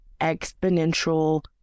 exponential